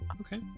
Okay